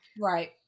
Right